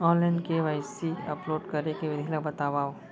Online KYC upload करे के विधि ला बतावव?